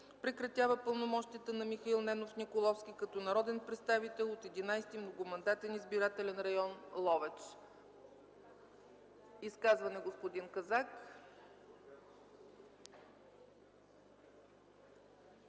Прекратява пълномощията на Михаил Ненов Николовски като народен представител от 11. многомандатен избирателен район Ловеч.” За изказване, заповядайте,